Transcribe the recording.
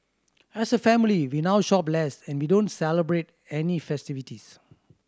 as a family we now shop less and we don't celebrate any festivities